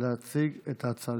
להציג את ההצעה